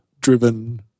driven